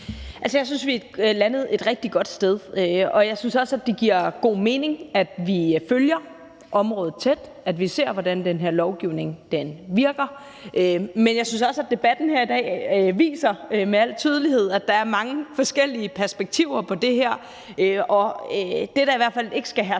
Jeg synes, vi er landet et rigtig godt sted, og jeg synes også, at det giver god mening, at vi følger området tæt, og at vi ser, hvordan den her lovgivning virker. Men jeg synes også, at debatten her i dag med al tydelighed viser, at der er mange forskellige perspektiver på det her, og det, der i hvert fald ikke skal herske